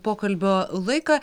pokalbio laiką